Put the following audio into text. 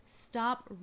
Stop